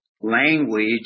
language